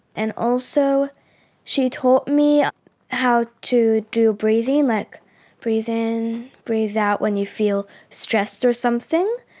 and also she taught me how to do breathing, like breathe in, breathe out when you feel stressed or something.